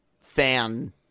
fan